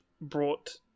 brought